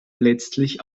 letztlich